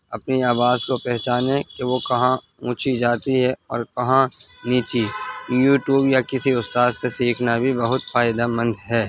اپنی آواز کو پہچانیں کہ وہ کہاں اونچی جاتی ہے اور کہاں نیچی یوٹیوب یا کسی استاد سے سیکھنا بھی بہت فائدہ مند ہے